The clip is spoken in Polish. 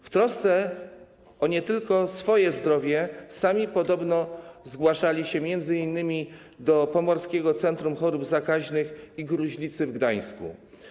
W trosce nie tylko o swoje zdrowie sami podobno zgłaszali się m.in. do Pomorskiego Centrum Chorób Zakaźnych i Gruźlicy w Gdańsku.